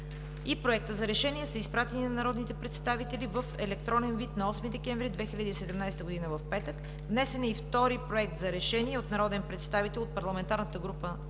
и Проекта за решение са изпратени на народните представители в електронен вид на 8 декември 2017 г., петък. Внесен е и втори Проект за решение от народен представител от парламентарната група на